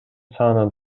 саны